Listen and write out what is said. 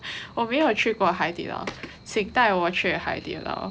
我没有去过海底捞请带我去海底捞